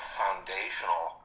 foundational